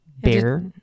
bear